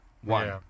one